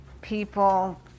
people